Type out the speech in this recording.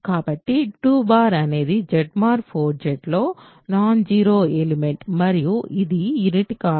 కాబట్టి 2 అనేది Z mod 4 Zలో నాన్ జీరో ఎలిమెంట్ మరియు ఇది యూనిట్ కాదు